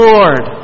Lord